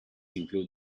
include